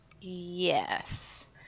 Yes